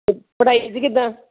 ਪੜ੍ਹਾਈ ਇਹਦੀ ਕਿੱਦਾਂ